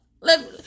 Let